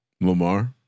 Lamar